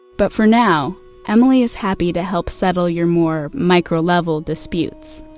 but for now emily is happy to help settle your more micro-level disputes.